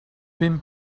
vint